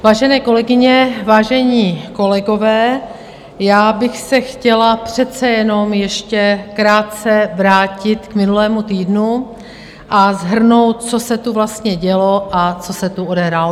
Vážené kolegyně, vážení kolegové, já bych se chtěla přece jenom ještě krátce vrátit k minulému týdnu a shrnout, co se tu vlastně dělo a co se tu odehrálo.